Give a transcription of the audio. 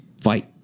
fight